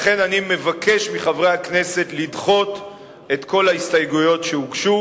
לכן אני מבקש מחברי הכנסת לדחות את כל ההסתייגויות שהוגשו,